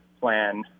plan